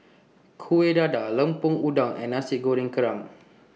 Kueh Dadar Lemper Udang and Nasi Goreng Kerang